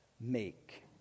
make